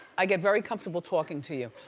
i get very comfortable talking to you.